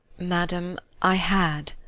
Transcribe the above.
madam, i had.